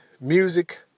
music